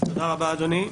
תודה רבה, אדוני.